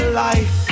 life